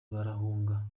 barahunga